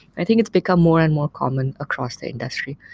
i think it's become more and more common across the industry.